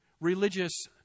religious